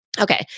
Okay